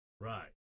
right